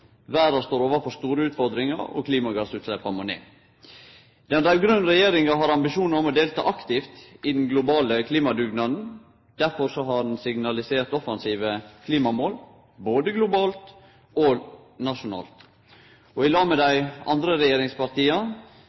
Verda står overfor store utfordringar. Klimagassutsleppa må ned. Den raud-grøne regjeringa har ambisjonar om å delta aktivt i den globale klimadugnaden. Derfor har ein signalisert offensive klimamål både globalt og nasjonalt. I lag med dei andre regjeringspartia